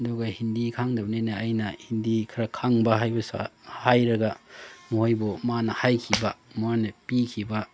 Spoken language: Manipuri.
ꯑꯗꯨꯒ ꯍꯤꯟꯗꯤ ꯈꯪꯗꯕꯅꯤꯅ ꯑꯩꯅ ꯍꯤꯟꯗꯤ ꯈꯔ ꯈꯪꯕ ꯍꯥꯏꯕ ꯍꯥꯏꯔꯒ ꯃꯣꯏꯕꯨ ꯃꯥꯅ ꯍꯥꯏꯈꯤꯕ ꯃꯥꯅ ꯄꯤꯈꯤꯕ